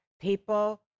People